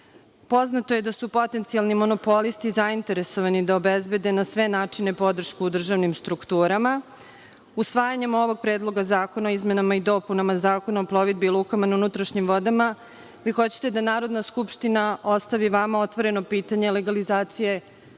razloga. Poznato je da su poznati monopolisti zainteresovani da obezbede na sve načine podršku državnim strukturama. Usvajanjem ovog Predloga zakona o izmenama i dopunama Zakona o plovidbi i lukama na unutrašnjim vodama vi hoćete da Narodna skupština ostavi vama otvoreno pitanje legalizacije